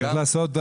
צריך לעשות,